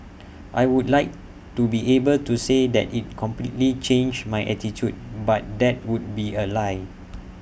I would like to be able to say that IT completely changed my attitude but that would be A lie